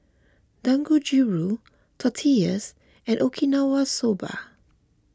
Dangojiru Tortillas and Okinawa Soba